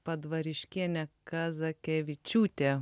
padvariškienė kazakevičiūtė